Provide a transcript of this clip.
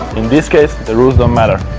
in this case, the rules don't matter!